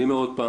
אני אומר שוב,